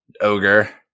ogre